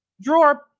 drawer